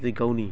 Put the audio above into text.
जे गावनि